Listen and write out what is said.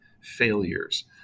failures